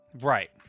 Right